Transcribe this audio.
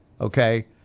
Okay